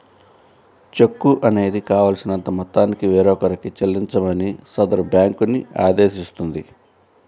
చెక్కు అనేది కావాల్సినంత మొత్తాన్ని వేరొకరికి చెల్లించమని సదరు బ్యేంకుని ఆదేశిస్తుంది